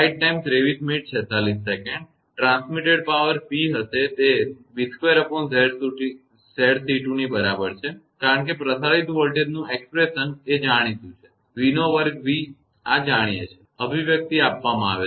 transmitted power પ્રસારિત શક્તિ P હશે તે 𝑣2𝑍𝑐2 ની બરાબર છે કારણ કે પ્રસારિત વોલ્ટેજનું એકપ્રેશનઅભિવ્યક્તિ એ જાણીતું છે v નો વર્ગ v આ જાણીએ છે અભિવ્યક્તિ આપવામાં આવેલ છે